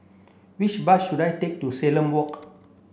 which bus should I take to Salam Walk